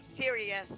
serious